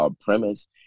premise